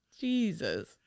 Jesus